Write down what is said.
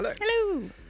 Hello